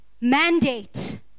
Mandate